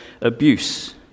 abuse